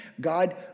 God